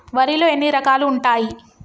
వరిలో ఎన్ని రకాలు ఉంటాయి?